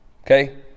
Okay